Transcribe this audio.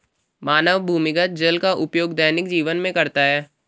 मानव भूमिगत जल का उपयोग दैनिक जीवन में करता है